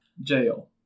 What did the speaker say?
jail